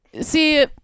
see